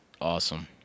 awesome